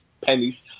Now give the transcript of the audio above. pennies